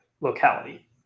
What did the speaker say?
locality